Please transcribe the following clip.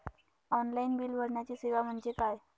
Online bill भरण्याची सेवा म्हणजे काय?